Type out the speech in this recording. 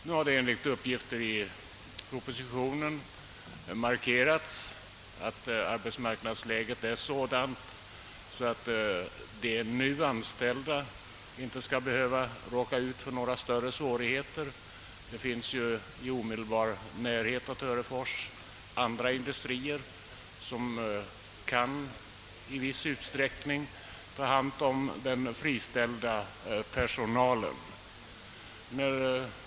I propositionen har det emellertid markerats att arbetsmarknadsläget är sådant att de nu anställda inte skall behöva råka ut för några större svårigheter. I omedelbar närhet av Törefors finns andra industrier, som i viss utsträckning kan ta hand om den friställda personalen.